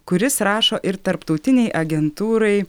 kuris rašo ir tarptautinei agentūrai